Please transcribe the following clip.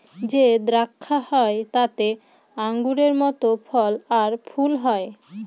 যে দ্রাক্ষা হয় তাতে আঙুরের মত ফল আর ফুল হয়